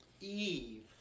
Eve